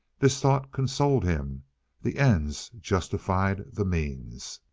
this thought consoled him the ends justified the means.